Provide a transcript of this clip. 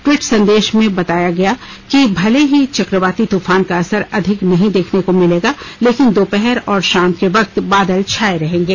tweet संदेश में बताया गया कि भले की चक्रवाती तूफान का असर अधिक नहीं देखने को मिलेगा लेकिन दोपहर और शाम के वक्त बादल छाये रहेंगे